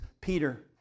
Peter